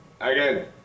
Again